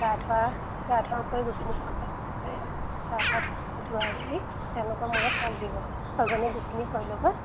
গা ধোৱা গা ধোৱা উপৰিও গোপিনীসকলে গা পা ধোৱাই মেলি তেওঁলোকে মূৰত তেল দিব ছয়জনী গোপিনী হৈ ল'ব